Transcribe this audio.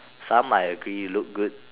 some I agree look good